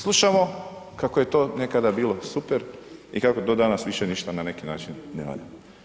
Slušamo kako je to nekada bilo super i kako do danas više ništa na neki način ne valja.